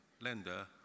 lender